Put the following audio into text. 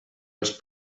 els